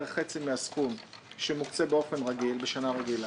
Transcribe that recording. בערך חצי מהסכום שמוקצה באופן רגיל בשנה רגילה.